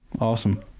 Awesome